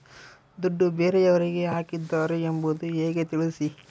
ದುಡ್ಡು ಬೇರೆಯವರಿಗೆ ಹಾಕಿದ್ದಾರೆ ಎಂಬುದು ಹೇಗೆ ತಿಳಿಸಿ?